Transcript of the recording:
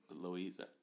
Louisa